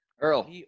Earl